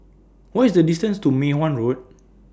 What IS The distance to Mei Hwan Road